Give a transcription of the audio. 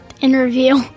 interview